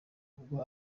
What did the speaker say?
ubwo